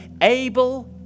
Abel